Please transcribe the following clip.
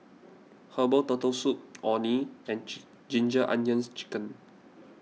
Herbal Turtle Soup Orh Nee and Ginger Onions Chicken